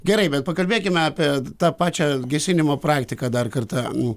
gerai bet pakalbėkime apie tą pačią gesinimo praktiką dar kartą